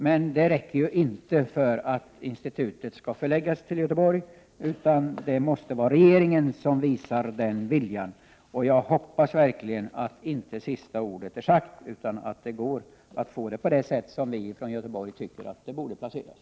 Men det räcker ju inte för att institutet skall förläggas till Göteborg, utan det krävs att regeringen visar en sådan vilja. Och jag hoppas verkligen att inte sista ordet är sagt utan det går att få institutet där vi från Göteborg tycker att det bör placeras.